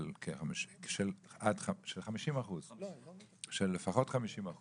של לפחות 50%